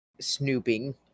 snooping